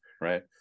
right